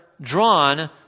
drawn